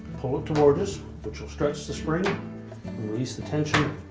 pull it towards us, which will stretch the spring and release the tension